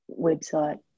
website